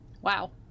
wow